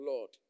Lord